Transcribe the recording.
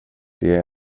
det